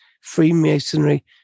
Freemasonry